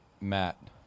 Matt